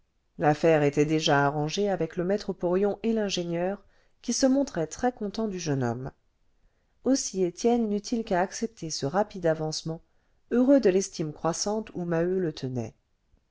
l'affaire était déjà arrangée avec le maître porion et l'ingénieur qui se montraient très contents du jeune homme aussi étienne n'eut-il qu'à accepter ce rapide avancement heureux de l'estime croissante où maheu le tenait